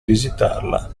visitarla